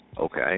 Okay